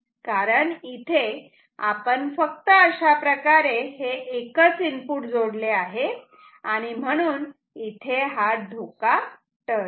कारण इथे आपण फक्त अशाप्रकारे हे एकच इनपुट जोडले आहे आणि म्हणून इथे हा धोका टळतो